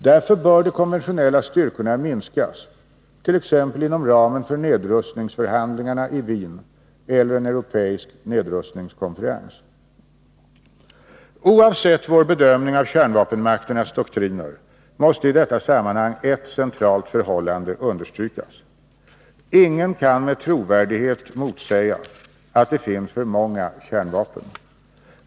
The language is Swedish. Därför bör de konventionella styrkorna minskas, t.ex. inom ramen för nedrustningsförhandlingarna i Wien eller en europeisk nedrustningskonferens. Oavsett vår bedömning av kärnvapenmakternas doktriner måste i detta sammanhang ett centralt förhållande understrykas: Ingen kan med trovärdighet motsäga att det finns för många kärnvapen.